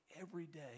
everyday